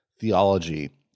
theology